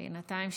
בינתיים,